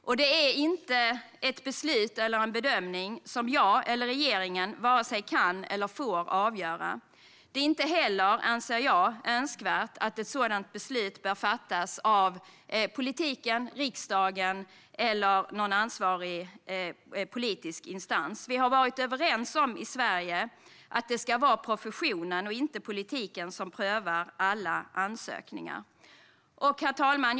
Detta beslut - eller denna bedömning - är en fråga som jag eller regeringen vare sig kan eller får avgöra. Det är inte heller, anser jag, önskvärt att ett sådant beslut fattas av politiken, riksdagen eller någon ansvarig politisk instans. Vi har i Sverige varit överens om att det ska vara professionen och inte politiken som prövar alla ansökningar. Herr talman!